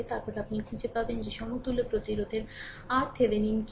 তারপরে আপনি খুঁজে পাবেন যে সমতুল্য প্রতিরোধের RThevenin কী